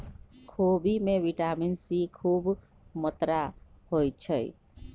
खोबि में vitamin C खूब मत्रा होइ छइ